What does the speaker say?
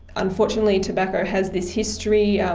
unfortunately tobacco has this history, yeah